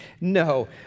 No